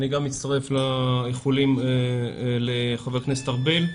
אני גם מצטרף לאיחולים לחבר הכנסת ארבל,